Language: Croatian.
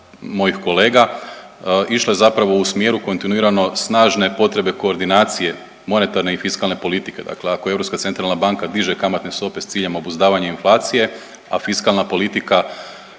mojih kolega išle zapravo u smjeru kontinuirano snažne potrebe koordinacije monetarne i fiskalne politike. Dakle, ako Europska centralna banka diže kamatne stope sa ciljem obuzdavanja inflacije a fiskalna politika